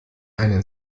einen